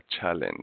challenge